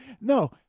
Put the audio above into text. no